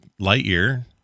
Lightyear